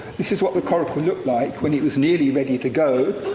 this is what the coracle looked like when it was nearly ready to go.